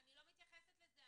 אני לא מתייחסת לזה.